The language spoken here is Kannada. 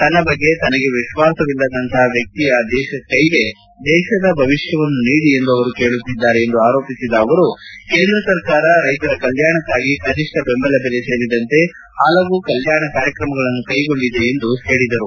ತನ್ನ ಬಗ್ಗೆ ತನಗೇ ವಿಶ್ವಾಸವಿಲ್ಲದಂತಹ ವ್ಯಕ್ತಿಯ ಕೈಗೆ ದೇಶದ ಭವಿಷ್ಯವನ್ನು ನೀಡಿ ಎಂದು ಅವರು ಕೇಳುತ್ತಿದ್ದಾರೆ ಎಂದು ಆರೋಪಿಸಿದ ಅವರು ಕೇಂದ್ರ ಸರ್ಕಾರ ರೈತರ ಕಲ್ಯಾಣಕ್ಕಾಗಿ ಕನಿಷ್ಠ ಬೆಂಬಲ ಬೆಲೆ ಏರಿಕೆ ಸೇರಿದಂತೆ ಹಲವು ಕಲ್ಯಾಣ ಕಾರ್ಯಕ್ರಮಗಳನ್ನು ಕೈಗೊಂಡಿದೆ ಎಂದು ಹೇಳಿದರು